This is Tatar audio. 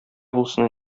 булсын